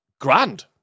Grand